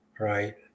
right